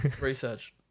research